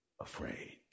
afraid